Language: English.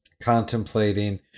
Contemplating